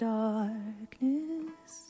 darkness